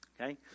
Okay